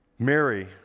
Mary